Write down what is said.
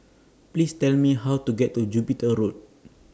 Please Tell Me How to get to Jupiter Road